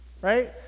Right